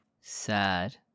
Sad